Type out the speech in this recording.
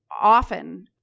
often